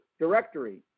directory